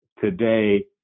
today